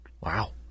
Wow